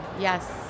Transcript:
Yes